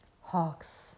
Hawks